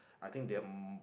I think they are m~